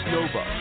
Nova